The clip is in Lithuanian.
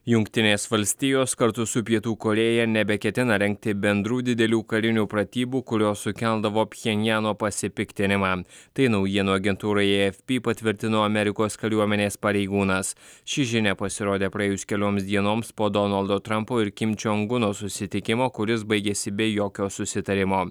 jungtinės valstijos kartu su pietų korėja nebeketina rengti bendrų didelių karinių pratybų kurios sukeldavo pchenjano pasipiktinimą tai naujienų agentūrai afp patvirtino amerikos kariuomenės pareigūnas ši žinia pasirodė praėjus kelioms dienoms po donaldo trampo ir kim čioanguno susitikimo kuris baigėsi be jokio susitarimo